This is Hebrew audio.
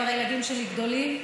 כבר הילדים שלי גדולים,